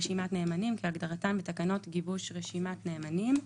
רשימת נאמנים כהגדרתם בתקנות גיבוש רשימת נאמנים.